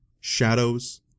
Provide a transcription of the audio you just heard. Shadows